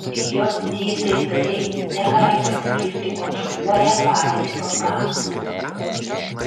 jt taikdariai negali pasigirti kontroliuoją padėtį balkanuose